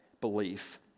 belief